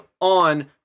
on